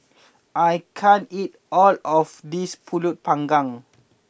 I can't eat all of this Pulut Panggang